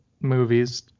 movies